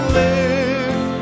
live